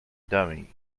dummy